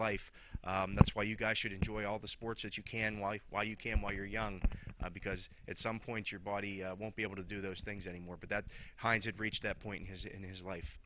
life that's why you guys should enjoy all the sports that you can life while you can while you're young because at some point your body won't be able to do those things anymore but that hines had reached that point his in his life